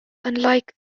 unlike